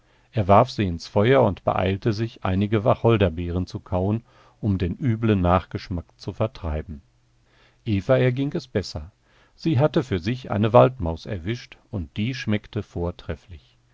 er warf sie ins feuer und beeilte sich einige wacholderbeeren zu kauen um den üblen nachgeschmack zu vertreiben eva erging es besser sie hatte für sich eine waldmaus erwischt und die schmeckte vortrefflich